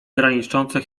graniczące